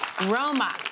Roma